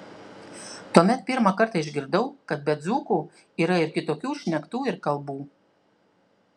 tuomet pirmą kartą išgirdau kad be dzūkų yra ir kitokių šnektų ir kalbų